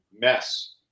mess